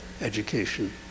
education